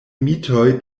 mitoj